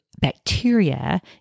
bacteria